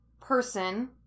person